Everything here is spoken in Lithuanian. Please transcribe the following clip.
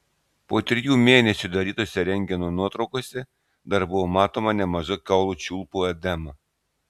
po trijų mėnesių darytose rentgeno nuotraukose dar buvo matoma nemaža kaulų čiulpų edema